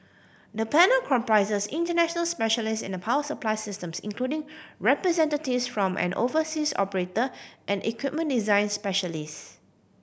the panel comprises international specialist in power supply systems including representatives from an overseas operator and equipment design specialist